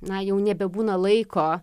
na jau nebebūna laiko